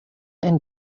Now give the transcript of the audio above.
and